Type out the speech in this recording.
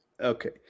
Okay